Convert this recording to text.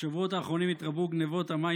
בשבועות האחרונים התרבו גנבות המים